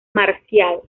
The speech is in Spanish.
marcial